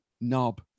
knob